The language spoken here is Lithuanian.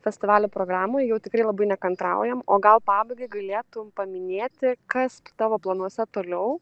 festivalio programoj jau tikrai labai nekantraujam o gal pabaigai galėtum paminėti kas tavo planuose toliau